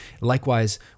Likewise